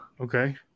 Okay